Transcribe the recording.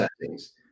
settings